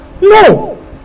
No